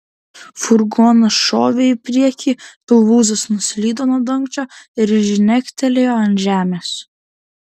furgonas šovė į priekį pilvūzas nuslydo nuo dangčio ir žnegtelėjo ant žemės